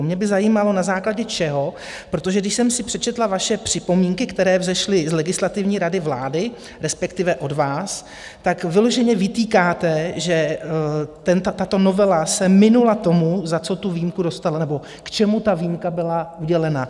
Mě by zajímalo, na základě čeho, protože když jsem si přečetla vaše připomínky, které vzešly z Legislativní rady vlády, respektive od vás, tak vyloženě vytýkáte, že tato novela se minula tomu, za co tu výjimku dostala, nebo k čemu ta výjimka byla udělena.